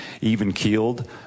even-keeled